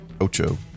Ocho